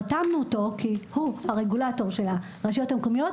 רתמנו אותו כי הוא הרגולטור של הרשויות המקומית,